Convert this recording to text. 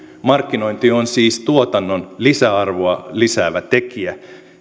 markkinointi on siis tuotannon lisäarvoa lisäävä tekijä